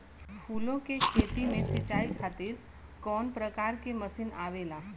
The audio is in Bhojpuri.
फूलो के खेती में सीचाई खातीर कवन प्रकार के मशीन आवेला?